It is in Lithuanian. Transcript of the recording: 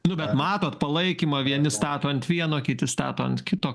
nu bet matot palaikymą vieni stato ant vieno kiti stato ant kito